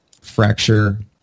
fracture